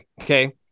Okay